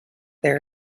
there